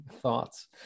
thoughts